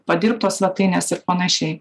padirbtos svetainės ir panašiai